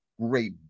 great